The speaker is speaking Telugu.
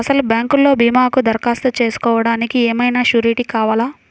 అసలు బ్యాంక్లో భీమాకు దరఖాస్తు చేసుకోవడానికి ఏమయినా సూరీటీ కావాలా?